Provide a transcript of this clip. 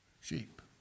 sheep